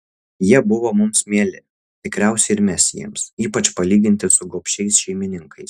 jie buvo mums mieli tikriausiai ir mes jiems ypač palyginti su gobšiais šeimininkais